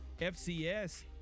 FCS